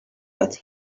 but